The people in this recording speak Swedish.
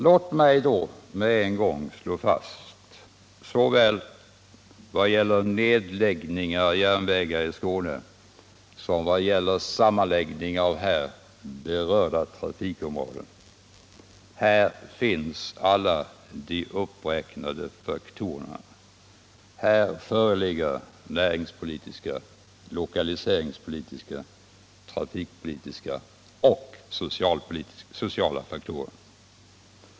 Låt mig då med en gång slå fast såväl vad gäller nedläggningar av järnvägar i Skåne som vad gäller sammanläggning av berörda trafikområden: här finns alla de faktorer som man skall väga in vid utformningen av verksamheten — näringspolitiska, lokaliseringspolitiska, trafikpolitiska och sociala.